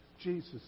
Jesus